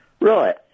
Right